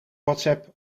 whatsapp